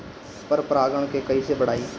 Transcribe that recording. पर परा गण के कईसे बढ़ाई?